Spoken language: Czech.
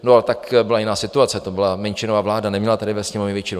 No a taky byla jiná situace, to byla menšinová vláda, neměla tady ve Sněmovně většinu.